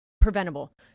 preventable